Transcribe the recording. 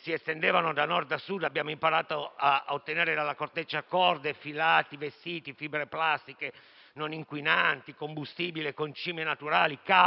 si estendevano da Nord a Sud), abbiamo imparato a ottenere dalla sua corteccia corde, filati, vestiti, fibre plastiche non inquinanti, combustibile, concimi naturali e carta,